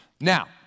Now